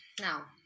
now